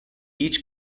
each